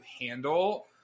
handle